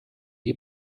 die